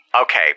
okay